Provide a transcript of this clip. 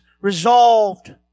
resolved